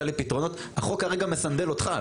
לי פתרונות - החוק כרגע מסנדל אותך.